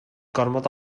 gormod